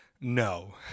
No